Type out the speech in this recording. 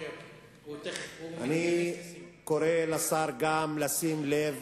אני קורא גם לשר לשים לב.